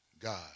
God